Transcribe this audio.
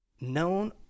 known